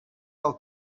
del